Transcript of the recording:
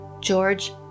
George